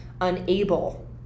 unable